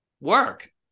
work